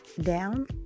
down